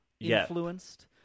influenced